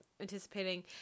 anticipating